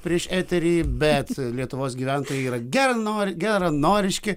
prieš eterį bet lietuvos gyventojai yra geranori geranoriški